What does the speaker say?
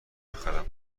بخرم